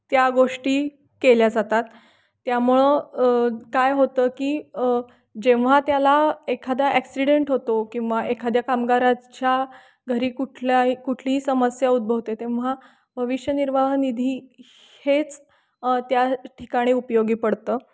त्या गोष्टी केल्या जातात त्यामुळं काय होतं की जेव्हा त्याला एखादा ॲक्सिडेंट होतो किंवा एखाद्या कामगाराच्या घरी कुठल्याही कुठलीही समस्या उद्भवते तेव्हा भविष्य निर्वाह निधी हेच त्या ठिकाणी उपयोगी पडतं